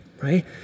right